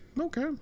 Okay